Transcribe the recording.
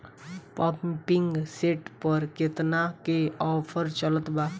Pumping set पर केतना के ऑफर चलत बा?